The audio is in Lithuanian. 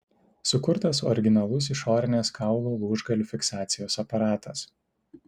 sukurtas originalus išorinės kaulų lūžgalių fiksacijos aparatas